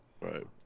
Right